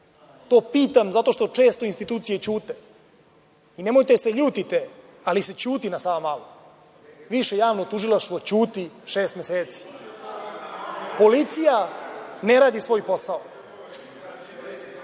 To pitam zato što često institucije ćute i nemojte da se ljutite, ali se čuti na Savamalu. Više javno tužilaštvo ćuti šest meseci. Policija ne radi svoj posao.